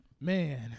Man